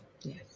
yes